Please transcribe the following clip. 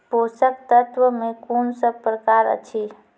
पोसक तत्व मे कून सब प्रकार अछि?